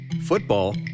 football